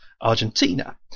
Argentina